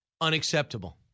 Unacceptable